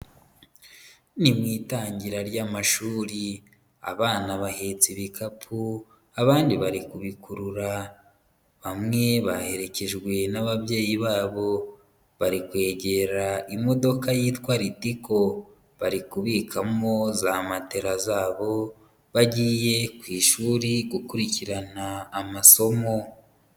Ni mu itangira ry'amashuri, abana bahetse ibikapu abandi bari kubikurura, bamwe baherekejwe n'ababyeyi babo bari kwegera imodoka yitwa Litiko bari kubikamo za matela zabo, bagiye ku ishuri gukurikirana amasomo.